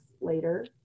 later